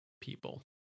people